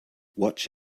watch